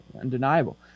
Undeniable